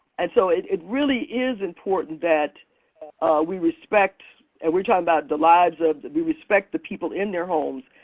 and so it it really is important that we respect, and we're talking about the lives of, we respect the people in their homes.